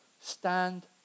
Stand